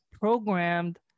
programmed